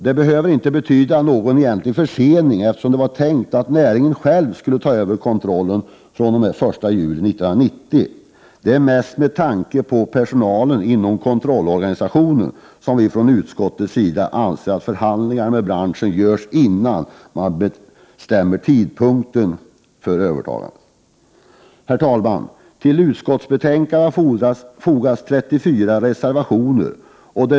Detta behöver inte betyda någon egentlig försening, eftersom det var tänkt att näringen själv skulle ta över kontrollen den 1 juli 1990. Det är mest med tanke på personalen inom kontrollorganisationen som utskottet anser att förhandlingar med branschen bör genomföras, innan man bestämmer tidpunkten för övertagandet. Herr talman! Till utskottsbetänkandet har fogats 34 reservationer.